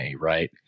right